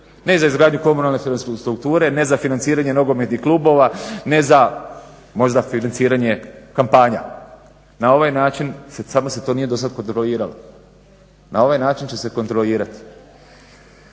ne za izgradnju komunalne infrastrukture, ne za financiranje nogometnih klubova, ne za možda financiranje kampanja, samo se to nije dosad kontroliralo. Na ovaj način će se kontrolirati.